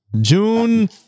June